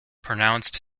pronounced